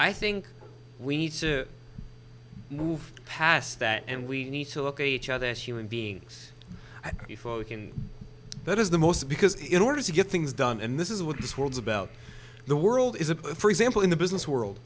i think we need to move past that and we need to look at each other as human beings before we can that is the most because in order to get things done and this is what this world's about the world is a for example in the business world